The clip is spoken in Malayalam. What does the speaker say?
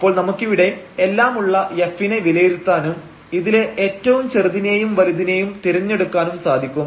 അപ്പോൾ നമുക്കിവിടെ എല്ലാമുള്ള f നെ വിലയിരുത്താനും ഇതിലെ ഏറ്റവും ചെറുതിനെയും വലുതിനെയും തിരഞ്ഞെടുക്കാനും സാധിക്കും